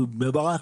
גבול בני ברק,